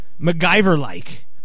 MacGyver-like